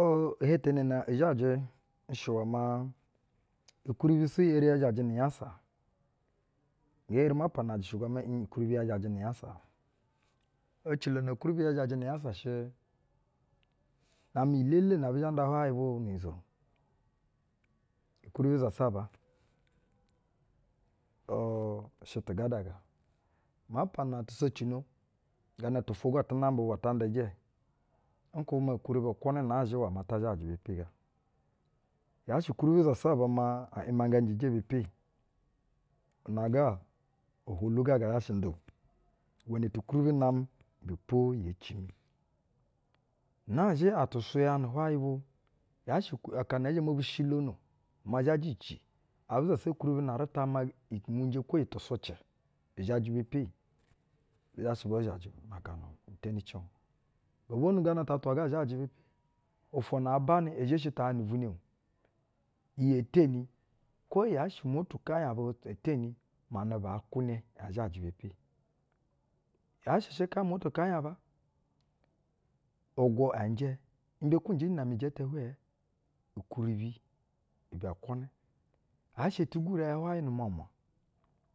Ori ihetene na zhajɛ, ishɛ iwɛ maa ukwuribi eri ya zhajɛ nu-unyasa? Nge eri ma pana ajɛshɛ gwa maa iiƞ ukwuribi ya zhajɛ nu-unyasa. Ecilo na ukwuriba ya zhajɛ nu-unyasa shɛɛ, na-amɛ iyi-elele nɛ abɛ zhɛ nda hwayɛ bwobu, nu-unyiza, ukwuribi zasaba, ur u shɛ tɛ gadaga. Ma pana ti secino, gana to ofwo go atɛ namba ata nda ijɛ, nkwubɛ maa ukwuribi kwunɛ nazhɛ iwe ma ta zhajɛ be pe ga. Yaa shɛ ukwuribi zasaba iwɛ maa a imangajɛ ijɛ be pe, una ga, ohwolu ga, ga zha shɛ nda o. Iwɛnɛ tu-ukwuribi namɛ, ibɛ po yee cimi. Nazhɛ atu suyanɛ hwayɛ bwo yaa shɛ uk, akak na ɛɛ zhɛ mo bi shilono maa zhjɛ ci, abɛ zasa kwuribi na rɛta maa u. umunje kwo iyi tusucɛ i zhajɛ be pe, bi xha shɛ ba zhajɛ na aka na teni cɛƞo. Gobwonu gana ta atwa ga zhajɛ, ofwo na aa banɛ, e zhe shi tahaƞnu ni ivwunɛ o iyi ee teni. Kwo yaa shɛ umotu-ukɛnyɛ aba ee teni manɛbɛ ɛɛ kwunɛ nazhɛ aa zhajɛ be pe. Yaa shɛ shɛ kaa umotu ukanyɛ aba, ugwu ɛɛ njɛ. Imbe kuƞ na-amɛ ijɛtɛ hwɛɛ? Ukwuribi ibɛ kwunɛ. Yaa shɛ eti gwure ya hwayɛ na-umwamwa